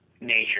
nature